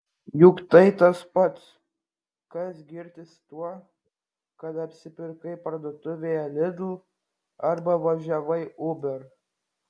juk tai tas pats kas girtis tuo kad apsipirkai parduotuvėje lidl arba važiavai uber